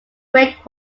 great